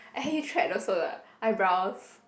I help you thread also the eyebrows